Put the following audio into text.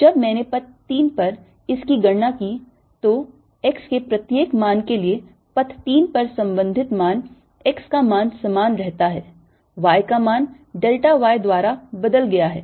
जब मैंने पथ 3 पर इसकी गणना की तो x के प्रत्येक मान के लिए पथ 3 पर संबंधित मान x का मान समान रहता है y का मान delta y द्वारा बदल गया है